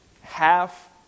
half